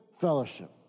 fellowship